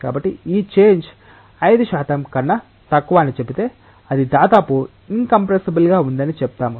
కాబట్టి ఈ చేంజ్ 5 శాతం కన్నా తక్కువ అని చెబితే అది దాదాపు ఇన్కంప్రెస్సబుల్ గా ఉందని చెప్తాము